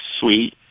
sweet